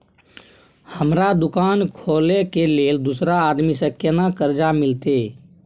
हमरा दुकान खोले के लेल दूसरा आदमी से केना कर्जा मिलते?